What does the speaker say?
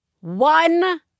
One